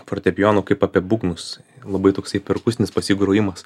fortepijonu kaip apie būgnus labai toksai perkusinis pas jį grojimas